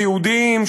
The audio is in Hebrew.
סיעודיים,